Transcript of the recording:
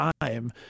time